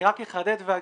רק אחדד ואגיד,